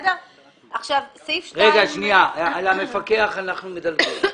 על המפקח אנחנו מדלגים.